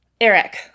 Eric